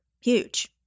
huge